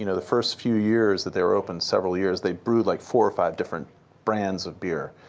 you know the first few years that they were open, several years, they brewed like four or five different brands of beer.